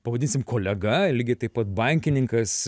pavadinsim kolega lygiai taip pat bankininkas